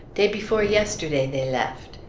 day before yesterday they left.